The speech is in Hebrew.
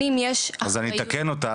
אז אני אתקן אותך,